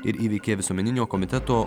ir įveikė visuomeninio komiteto